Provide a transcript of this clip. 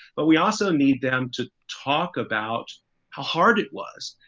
but we also need them to talk about how hard it was,